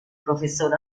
profesor